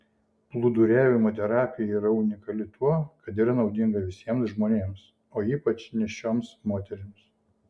plūduriavimo terapija yra unikali tuo kad yra naudinga visiems žmonėms o ypač nėščioms moterims